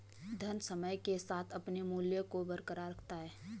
धन समय के साथ अपने मूल्य को बरकरार रखता है